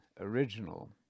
original